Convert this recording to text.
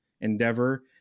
endeavor